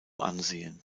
ansehen